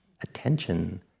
attention